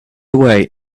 away